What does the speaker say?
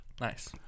nice